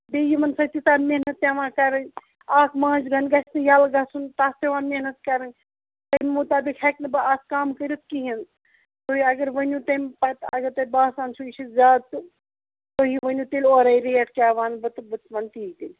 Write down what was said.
بیٚیہِ یِمن سۭتۍ تِژاہ محنت پیوان کَرٕنۍ اکھ ماچھ گَنہٕ گژھِ نہٕ ییٚلہٕ گژھُن تَتھ پیوان محنت کَرٕنۍ اَمہِ مُطٲبق ہٮ۪کہٕ نہٕ بہٕ اتھ کَم کٔرِتھ کِہیٖنۍ تُہۍ اَگر ؤنو تَمہِ پَتہٕ اَگر تۄہہِ باسان چھُو یہِ چھُ زیادٕ تہٕ تُہۍ ؤنِو تیٚلہِ اورَے ریٹ کیاہ وَنہٕ بہٕ تہٕ بہٕ وَنہٕ تی تیٚلہِ